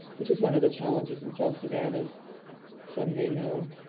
which is one of the challenges in south sudan, as some may know,